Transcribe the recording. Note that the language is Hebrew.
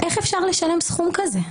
איך אפשר לשלם סכום כזה?